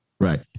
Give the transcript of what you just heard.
Right